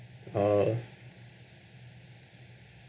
uh